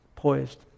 poised